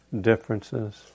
differences